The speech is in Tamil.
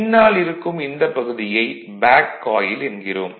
பின்னால் இருக்கும் இந்தப் பகுதியை பேக் காயில் என்கிறோம்